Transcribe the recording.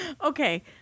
Okay